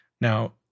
Now